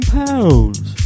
pounds